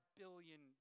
billion